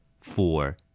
four